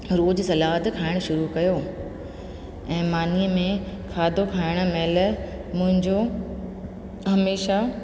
रोज़ु सलाद खाइणु शुरू कयो ऐं मानीअ में खाधो खाइण महिल मुंहिंजो हमेशह